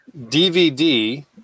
DVD